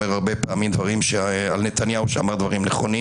הרבה פעמים דברים על נתניהו שאמר דברים נכונים,